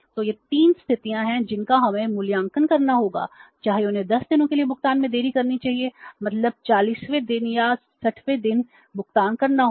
तो ये 3 स्थितियां हैं जिनका हमें मूल्यांकन करना होगा चाहे उन्हें 10 दिनों के लिए भुगतान में देरी करनी चाहिए मतलब 40 वें दिन या 60 वें दिन भुगतान करना होगा